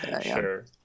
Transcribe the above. Sure